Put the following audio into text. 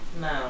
no